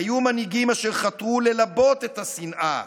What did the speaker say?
היו מנהיגים אשר חתרו ללבות את השנאה,